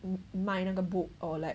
卖那个 book or like